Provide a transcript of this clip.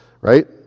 right